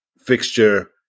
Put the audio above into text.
fixture